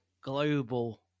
global